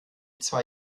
zwei